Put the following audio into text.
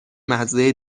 مزه